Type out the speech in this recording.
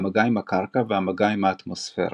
המגע עם הקרקע והמגע עם האטמוספירה.